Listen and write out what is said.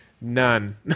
None